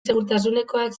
segurtasunekoak